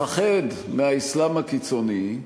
לפחד מהאסלאם הקיצוני,